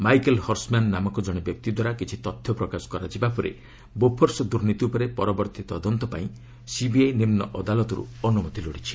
Michael Hershman ନାମକ ଜଣେ ବ୍ୟକ୍ତିଦ୍ୱାରା କିଛି ତଥ୍ୟ ପ୍ରକାଶ କରାଯିବା ପରେ ବୋଫର୍ସ ଦୁର୍ନୀତି ଉପରେ ପରବର୍ତ୍ତୀ ତଦନ୍ତ ପାଇଁ ସିବିଆଇ ନିମ୍ବ ଅଦାଲତରୁ ଅନୁମତି ଲୋଡ଼ିଛି